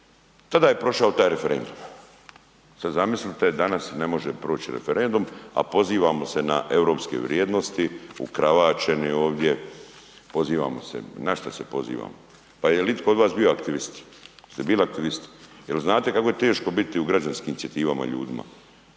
tada je prošao taj referendum. Sada zamislite danas ne može proći referendum, a pozivamo se na europske vrijednosti, ukravaćeni ovdje, pozivamo se, na šta se pozivamo? Pa jel itko od vas bio aktivist, jeste bili aktivist? Jel znate kako je teško biti u građanskim inicijativama ljudima?